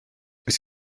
oes